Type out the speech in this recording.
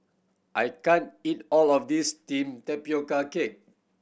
I can't eat all of this steamed tapioca cake